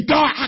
God